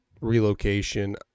relocation